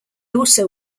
also